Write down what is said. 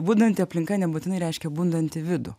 bundanti aplinka nebūtinai reiškia bundantį vidų